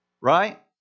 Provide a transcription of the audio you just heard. right